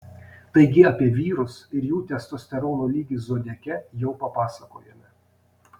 taigi apie vyrus ir jų testosterono lygį zodiake jau papasakojome